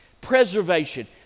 Preservation